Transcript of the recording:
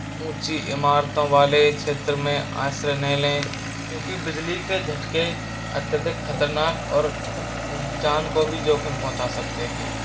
ऊंची इमारतों वाले क्षेत्र में आश्रय नहीं लें क्यूोंकि बिजली के झटके अत्यधिक खतरनाक और जान को भी जोखिम पहुंचा सकते हैं